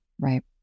Right